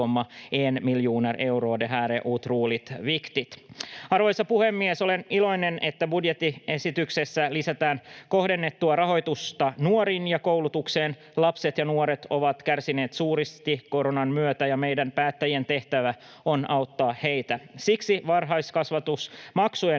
Arvoisa puhemies! Olen iloinen, että budjettiesityksessä lisätään kohdennettua rahoitusta nuoriin ja koulutukseen. Lapset ja nuoret ovat kärsineet suuresti koronan myötä, ja meidän päättäjien tehtävä on auttaa heitä. Siksi varhaiskasvatusmaksujen